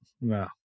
No